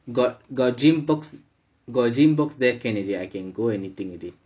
got got gym box got gym box there can already I can go anything already